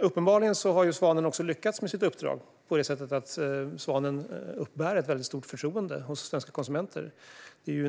Uppenbarligen har Svanen också lyckats med uppdraget på det sättet att märkningen uppbär ett mycket stort förtroende hos svenska konsumenter.